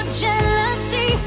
jealousy